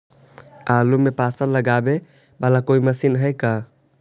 आलू मे पासा लगाबे बाला कोइ मशीन है का?